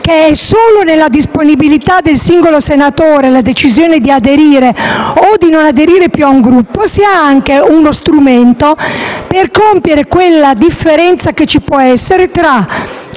che è solo nella disponibilità del singolo senatore la decisione di aderire o di non aderire più a un Gruppo sia anche uno strumento per compiere quella differenza che ci può essere tra